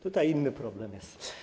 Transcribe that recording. Tutaj inny problem jest.